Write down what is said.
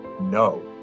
No